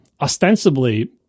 ostensibly